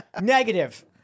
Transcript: Negative